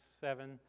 seven